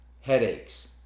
headaches